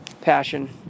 passion